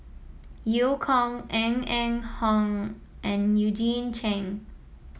Eu Kong Ng Eng Hen and Eugene Chen